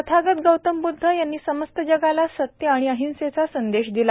तथागत गौतम ब्द्ध यांनी समस्त जगाला सत्य आणि अहिंसेचा संदेश दिला